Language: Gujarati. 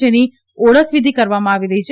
જેની ઓળખવિધિ કરવામાં આવી રહી છે